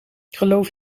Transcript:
geloof